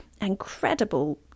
incredible